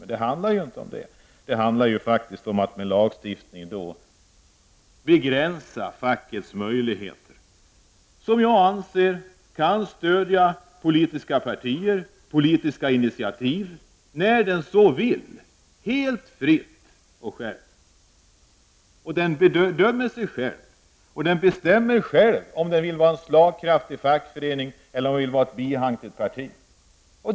Men det handlar inte om det, utan att med hjälp av lagstiftning begränsa fackets möjligheter. Jag anser att facket skall kunna stödja politiska partier och politiska initiativ när man så vill. Det skall kunna ske helt fritt. Facket bedömer sig självt och bestämmer självt om det vill vara slagkraftigt eller bara ett bihang till ett parti.